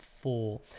four